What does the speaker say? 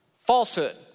Falsehood